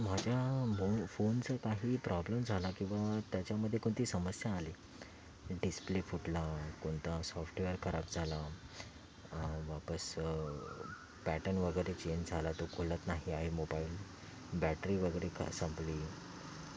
माझ्या मो फोनचं काही प्रॉब्लेम झाला किंवा त्याच्यामध्ये कोणती समस्या आली डिस्प्ले फुटला कोणता सॉफ्टवेअर खराब झाला वापस पॅटन वगैरे चेंज झाला तो खोलत नाही आहे मोबाईल बॅटरी वगैरे ख संपली